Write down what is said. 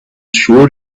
sure